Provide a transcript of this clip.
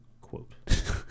Quote